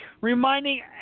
reminding